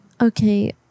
Okay